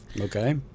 Okay